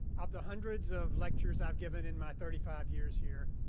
of the hundreds of lectures i've given in my thirty five years here,